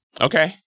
okay